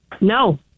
No